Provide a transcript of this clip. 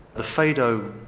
the phaedo,